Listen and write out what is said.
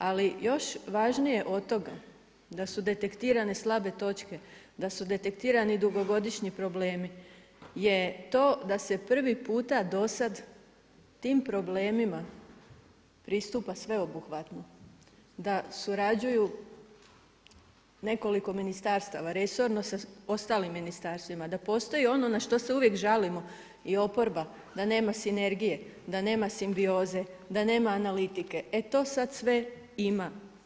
Ali još važnije od toga da su detektirane slabe točke, da su detektirani dugogodišnji problemi je to da se prvi puta do sad tim problemima pristupa sveobuhvatno, da surađuju nekoliko ministarstava, resorno sa ostalim ministarstvima, da postoji ono na što se uvijek žalimo i oporba da nema sinergije, da nema simbioze, da nema analitike, e to sada sve ima.